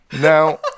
now